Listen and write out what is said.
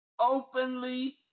openly